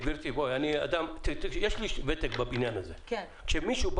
יש לי ותק בבניין הזה, גברתי.